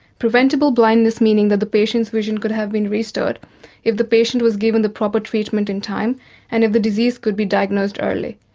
preventable blindness meaning that the patient's vision could have been restored if the patient was given the proper treatment in time and if the disease could be diagnosed early.